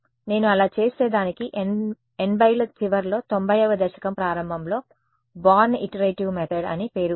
నేను అలా చేస్తే దానికి 80ల చివర్లో 90వ దశకం ప్రారంభంలో బోర్న్ ఇటరేటివ్ మెథడ్ అని పేరు ఉంది